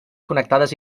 connectades